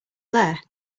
there